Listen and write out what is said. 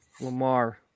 Lamar